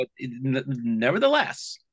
nevertheless